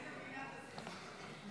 שירי וחברת הכנסת שטרית,